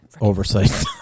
Oversight